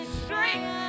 strength